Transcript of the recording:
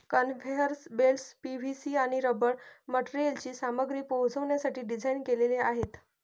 conveyor belts PVC आणि rubber मटेरियलची सामग्री पोहोचवण्यासाठी डिझाइन केलेले आहेत